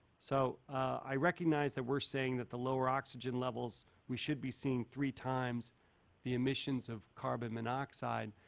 so, i recognize that we're saying that the lower oxygen levels we should be seeing three times the emissions of carbon monoxide.